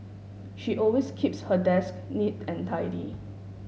she always keeps her desk neat and tidy